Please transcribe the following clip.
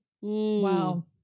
Wow